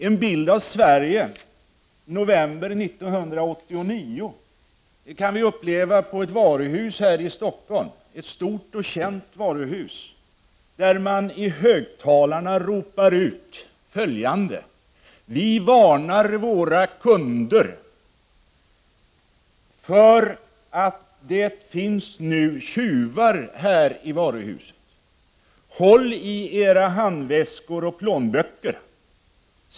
En bild av Sverige i november 1989 kan vi uppleva på ett stort och känt varuhus här i Stockholm, där man i högtalarna ropar ut följande: Vi varnar våra kunder för att det nu finns tjuvar här i varuhuset. Håll i era handväskor och plånböcker.